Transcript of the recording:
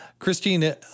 Christine